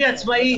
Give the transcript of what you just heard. אני עצמאי,